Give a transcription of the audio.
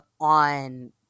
on